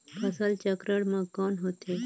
फसल चक्रण मा कौन होथे?